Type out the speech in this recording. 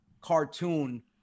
cartoon